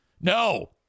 no